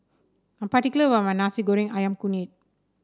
I'm particular about my Nasi Goreng ayam kunyit